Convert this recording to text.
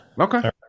okay